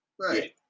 Right